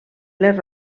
les